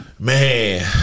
Man